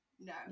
no